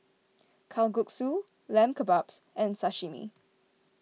Kalguksu Lamb Kebabs and Sashimi